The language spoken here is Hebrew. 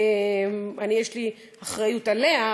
יש לי אחריות עליה,